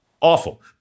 awful